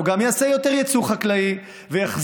והוא גם יעשה יותר יצוא חקלאי ויחזיר